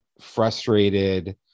frustrated